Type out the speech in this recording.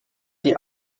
die